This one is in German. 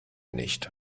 nicht